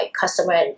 customer